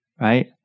right